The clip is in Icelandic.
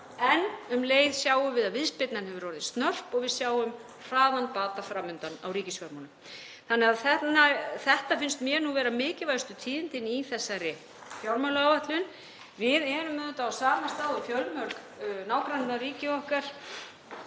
en um leið sjáum við að viðspyrnan hefur orðið snörp og við sjáum hraðan bata fram undan í ríkisfjármálum. Þetta finnst mér nú vera mikilvægustu tíðindin í þessari fjármálaáætlun. Við erum auðvitað á sama stað og fjölmörg nágrannaríki okkar,